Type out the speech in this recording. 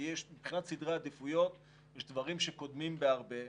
כי מבחינת סדרי עדיפויות יש דברים שקודמים בהרבה.